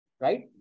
Right